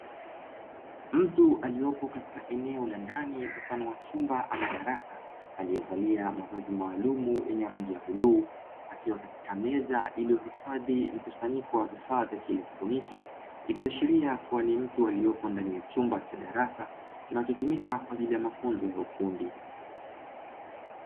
Mtu aliyepo katika eneo la ndani mfano wa chumba ama darasa aliyevalia mavazi maalumu yenye rangi ya bluu, akiwa katika meza iliyohifadhi mkusanyiko wa vifaa vya kieletroniki; ikiashiria kuwa ni mtu aliyeko ndani ya chumba cha darasa kinachotumika kwa ajili mafunzo ya ufundi.